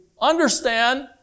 understand